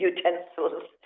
utensils